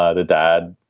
ah the dad,